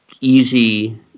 easy